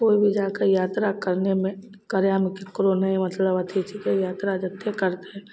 कोइ भी जाके यात्रा करयमे करयमे ककरो नहि मतलब अथी छीकै यात्रा जेतय करतइ